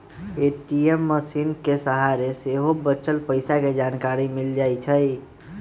ATM मशीनके सहारे सेहो बच्चल पइसा के जानकारी मिल जाइ छइ